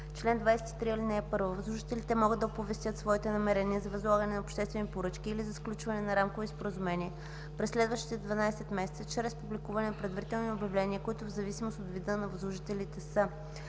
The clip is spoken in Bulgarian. Чл. 23. (1) Възложителите могат да оповестят своите намерения за възлагане на обществени поръчки или за сключване на рамкови споразумения през следващите 12 месеца чрез публикуване на предварителни обявления, които в зависимост от вида на възложителя са: